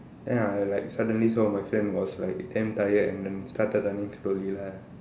then I like suddenly saw my friend was like damn tired and then started running slowly lah